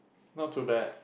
not too bad